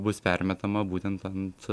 bus permetama būtent ant